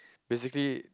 basically